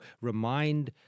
remind